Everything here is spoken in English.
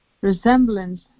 resemblance